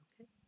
okay